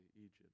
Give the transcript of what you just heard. Egypt